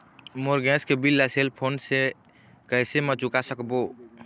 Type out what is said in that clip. मोर gas के bill ला cell phone से कैसे म चुका सकबो?